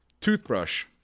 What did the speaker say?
toothbrush